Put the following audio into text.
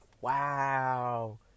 wow